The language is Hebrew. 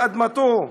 לאדמתו,